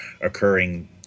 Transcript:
occurring